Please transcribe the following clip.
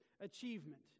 achievement